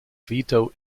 veto